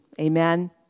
Amen